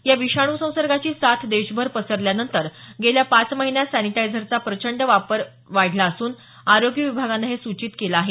या विषाणू संसर्गाची साथ देशभर पसरल्यानंतर गेल्या पाच महिन्यांत सॅनिटायझरचा वापर प्रचंड प्रमाणात वाढल्याचं आढळल्यानं आरोग्य विभागानं हे सूचित केलं आहे